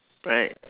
right